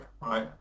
right